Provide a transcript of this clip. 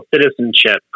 citizenship